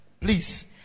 Please